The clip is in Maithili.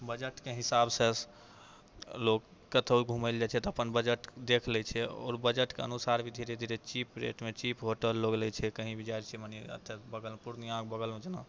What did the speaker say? बजटके हिसाबसँ लोक कत्तौ घुमै लए जाइ छै तऽ अपन बजट देख लै छै आओर बजटके अनुसार ही धीरे धीरे चीप रेटमे चीप होटल लोक लए लै छै कहीं भी जाइ छै मानि लिअ पूर्णियाँके बगलमे जेना